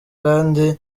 kandi